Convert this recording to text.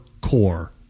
core